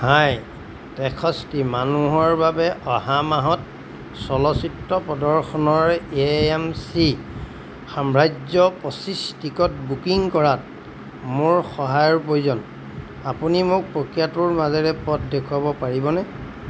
হাই তেষষ্ঠি মানুহৰ বাবে অহা মাহত চলচ্চিত্ৰ প্ৰদৰ্শনৰ এ এম চি সাম্ৰাজ্য পঁচিছ টিকট বুকিং কৰাত মোক সহায়ৰ প্ৰয়োজন আপুনি মোক প্ৰক্ৰিয়াটোৰ মাজেৰে পথ দেখুৱাব পাৰিবনে